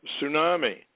tsunami